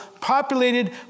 populated